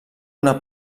una